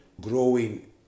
growing